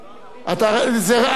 יכול לדבר,